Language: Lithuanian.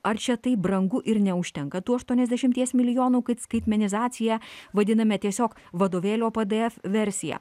ar čia taip brangu ir neužtenka tų aštuoniasdešimties milijonų kad skaitmenizacija vadiname tiesiog vadovėlio pdf versiją